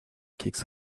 kicks